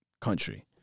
country